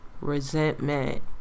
resentment